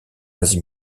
asie